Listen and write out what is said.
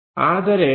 ಆದರೆ ವಿ